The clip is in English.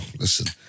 Listen